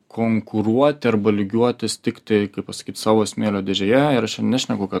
konkuruoti arba lygiuotis tiktai kaip pasakyt savo smėlio dėžėje ir aš nešneku kad